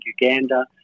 Uganda